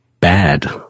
bad